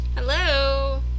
Hello